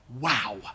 Wow